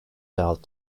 felt